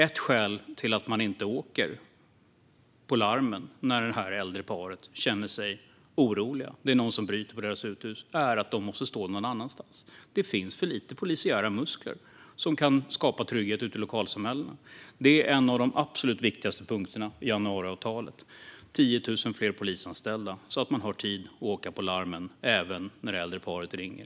Ett skäl till att man inte åker på larm när det äldre paret känner sig oroligt, någon bryter sig in i deras uthus, är att man måste stå någon annanstans. Det finns för lite polisiära muskler som kan skapa trygghet ute i lokalsamhällena. En av de absolut viktigaste punkterna i januariavtalet är 10 000 fler polisanställda så att man har tid att åka på larmen även när det äldre paret ringer.